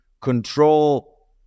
control